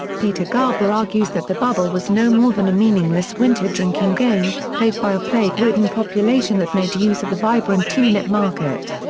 peter garber argues that the bubble was no more than a meaningless winter drinking game, played by a plague-ridden population that made use of the vibrant tulip market.